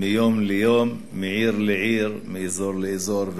מיום ליום, מעיר לעיר ומאזור לאזור.